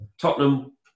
Tottenham